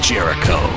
Jericho